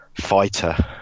fighter